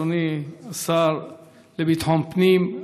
אדוני השר לביטחון פנים,